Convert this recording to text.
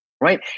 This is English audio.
right